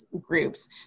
groups